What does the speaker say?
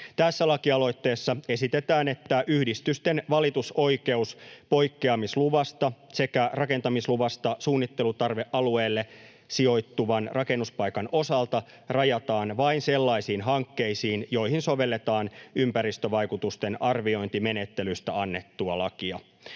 Tässä lakialoitteessa esitetään, että yhdistysten valitusoikeus poikkeamisluvasta sekä rakentamisluvasta suunnittelutarvealueelle sijoittuvan rakennuspaikan osalta rajataan vain sellaisiin hankkeisiin, joihin sovelletaan ympäristövaikutusten arviointimenettelystä annettua lakia.